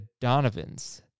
Donovans